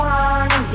one